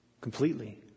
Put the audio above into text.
completely